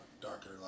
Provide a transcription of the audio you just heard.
darker